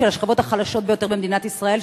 של השכבות החלשות ביותר במדינת ישראל,